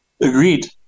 Agreed